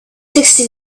sixty